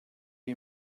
you